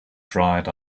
dried